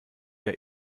der